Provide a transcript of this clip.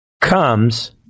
comes